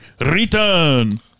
Return